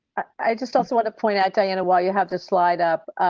i just also want to point out diana. while you have the slide up.